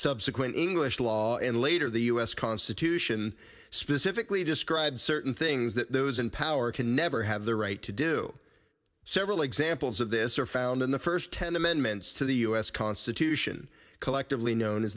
subsequent english law and later the us constitution specifically describes certain things that those in power can never have the right to do several examples of this are found in the first ten amendments to the us constitution collectively known as